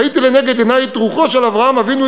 ראיתי לנגד עיני את רוחו של אברהם אבינו,